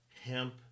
Hemp